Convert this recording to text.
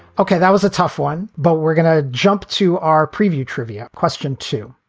ok. that was a tough one. but we're going to jump to our preview trivia question, too.